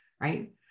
right